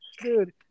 Dude